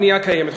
הבנייה קיימת.